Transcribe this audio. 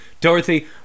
Dorothy